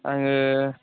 आङो